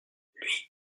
lui